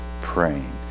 praying